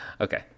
Okay